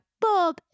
Bob